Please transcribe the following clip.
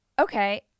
Okay